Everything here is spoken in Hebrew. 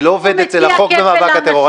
אני לא עובד אצל החוק למאבק בטרור,